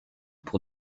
pour